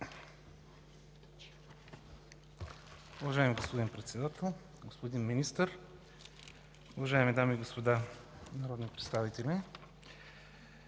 Уважаеми господин Председател, уважаеми господин Министър, уважаеми дами и господа народни представители!